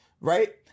right